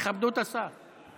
תכבדו את השר.